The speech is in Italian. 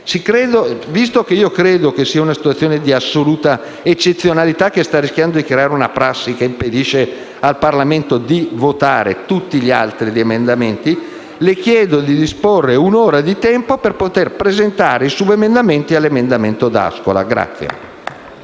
momento che credo si tratti di una situazione di assoluta eccezionalità, che rischia di creare una prassi che impedisce al Parlamento di votare tutti gli altri emendamenti, le chiedo di disporre di un'ora di tempo per poter presentare i subemendamenti all'emendamento D'Ascola